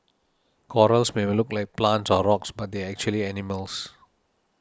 corals may look like plants or rocks but they are actually animals